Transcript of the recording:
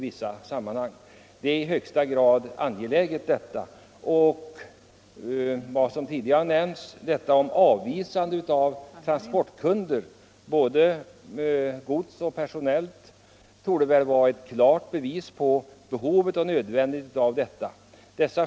En förbättring är i hög grad angelägen. Det som tidigare nämnts om avvisande av kunder — både när det gäller personella transporter och i fråga om godstransporter — torde vara ett bevis på nödvändigheten av ett utökat anslag.